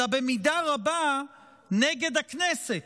אלא במידה רבה נגד הכנסת,